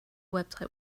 website